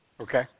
Okay